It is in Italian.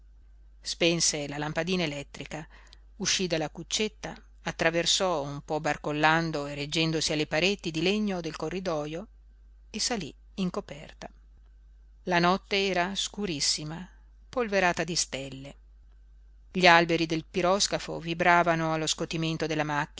spense la lampadina elettrica uscí dalla cuccetta attraversò un po barcollando e reggendosi alle pareti di legno del corridojo e salí in coperta la notte era scurissima polverata di stelle gli alberi del piroscafo vibravano allo scotimento della